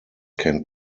can